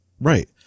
right